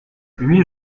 huit